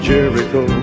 Jericho